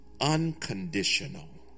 Unconditional